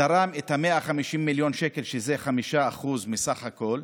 תרם את 150 מיליון השקל, שזה 5% מסך הכול,